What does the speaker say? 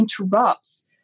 interrupts